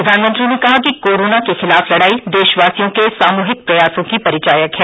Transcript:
प्रधानमंत्री ने कहा कि कोरोना के खिलाफ लडाई देशवासियों के सामूहिक प्रयासों की परिचायक है